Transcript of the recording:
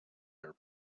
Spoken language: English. air